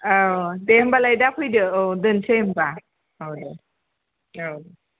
दे होनबालाय दा फैदो औ दोनसै होनबा औ दे औ